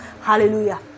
Hallelujah